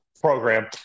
program